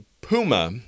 Puma